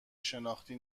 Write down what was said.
شناختی